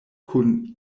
kun